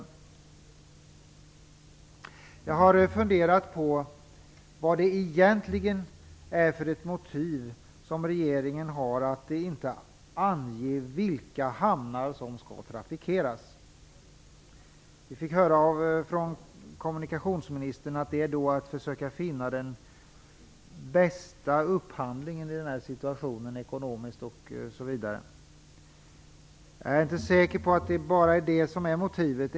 Jag har funderat över det egentliga motivet för regeringen att inte ange vilka hamnar som skall trafikeras. Vi fick höra av kommunikationsministern att det gäller att ekonomiskt osv. finna den bästa upphandlingen i den här situationen. Jag är dock inte säker på att det bara är det som är motivet.